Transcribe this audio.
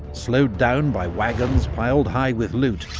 slowed down by wagons piled high with loot,